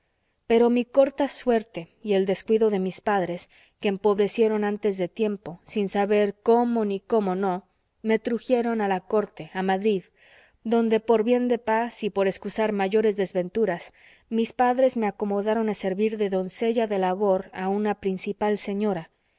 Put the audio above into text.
pero mi corta suerte y el descuido de mis padres que empobrecieron antes de tiempo sin saber cómo ni cómo no me trujeron a la corte a madrid donde por bien de paz y por escusar mayores desventuras mis padres me acomodaron a servir de doncella de labor a una principal señora